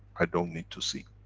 i don't need to see.